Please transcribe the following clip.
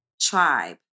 tribe